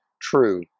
true